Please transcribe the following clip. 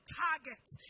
targets